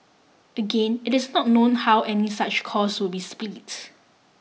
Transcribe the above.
again it is not known how any such cost would be split